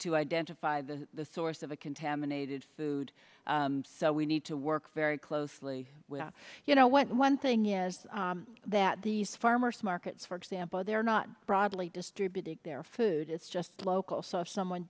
to identify the source of a contaminated food so we need to work very closely with you know when one thing is that these farmers markets for example they're not broadly distributed their food is just local so if someone